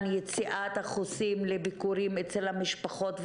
יציאת החוסים לביקורים אצל המשפחות,